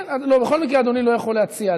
בכל מקרה אדוני לא יכול להציע.